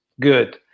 good